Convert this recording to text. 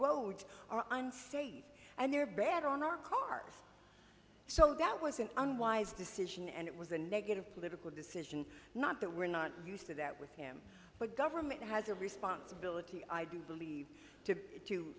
roads are unsafe and they're bad on our cars so that was an unwise decision and it was a negative political decision not that we're not used to that with him but government has a responsibility i do believe to to